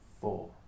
four